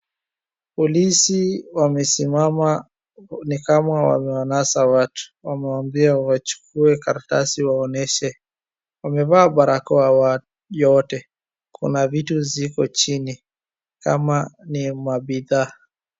Polisi wamesimama ni kama wamewanasa watu wamewaambia wachukue karatasi waonyeshe wamevaa barakoa yote kuna vitu ziko chini kama ni mabidhaa.